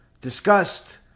discussed